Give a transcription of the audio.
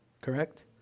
Correct